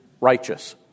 righteous